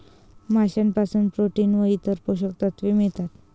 माशांपासून प्रोटीन व इतर पोषक तत्वे मिळतात